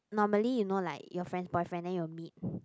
normally you know like your friend boyfriend then you meet